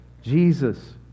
Jesus